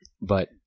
But-